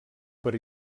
per